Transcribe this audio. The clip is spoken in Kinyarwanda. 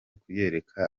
kuyereka